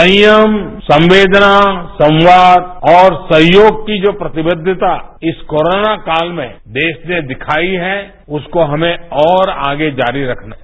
संयम संवेदना संवाद और सहयोग की जो प्रतिबद्धता है इस कोरोना काल में देश ने दिखाई है उसको हमें और आगे जारी रखना है